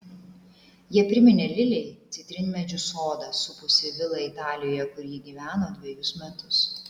jie priminė lilei citrinmedžių sodą supusį vilą italijoje kur ji gyveno dvejus metus